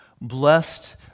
Blessed